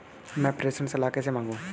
मैं प्रेषण सलाह कैसे मांगूं?